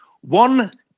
One